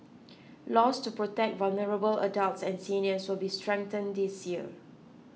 laws to protect vulnerable adults and seniors will be strengthened this year